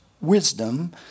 wisdom